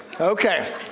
Okay